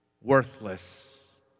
Worthless